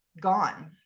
gone